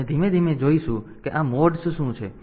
તેથી આપણે ધીમે ધીમે જોઈશું કે આ મોડ્સ શું છે